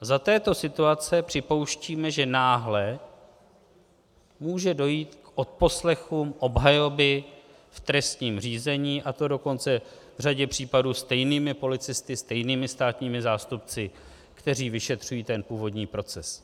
Za této situace připouštíme, že náhle může dojít k odposlechům obhajoby v trestním řízení, a to dokonce v řadě případů stejnými policisty, stejnými státními zástupci, kteří vyšetřují ten původní proces.